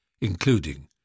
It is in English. including